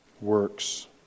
works